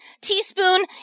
Teaspoon